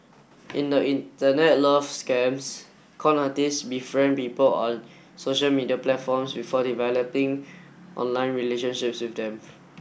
in the Internet love scams con artist befriend people on social media platforms before developing online relationships with them